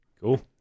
Cool